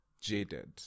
jaded